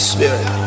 Spirit